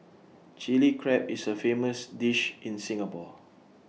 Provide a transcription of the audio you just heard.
Chilli Crab is A famous dish in Singapore